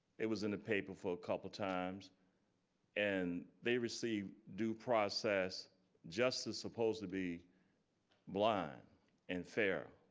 it was in the paper for a couple times and they received due process justice supposed to be blind and fair,